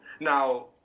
now